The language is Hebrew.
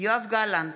יואב גלנט,